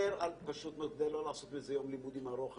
כדי לא לעשות מזה יום לימודים ארוך.